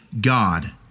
God